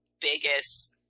biggest